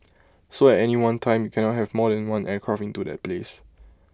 so at any one time you cannot have more than one aircraft into that place